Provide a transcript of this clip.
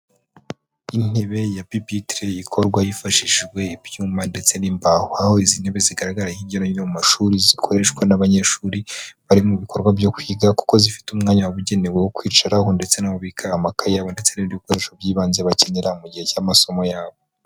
intebe ya pipitile ikorwa hifashishijwe ibyuma ndetse n'imbaho, aho izi ntebe zigaragara hirya no hino mu mashuri zikoreshwa n'abanyeshuri bari mu bikorwa byo kwiga, kuko zifite umwanya wabugenewe wo kwicaraho, ndetse no kubika amakaye yabo, ndetse n'ibikoresho by'ibanze bakenera mu gihe cy'amasomo yabo.